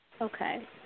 Okay